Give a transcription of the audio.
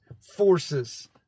forces